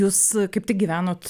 jūs kaip tik gyvenot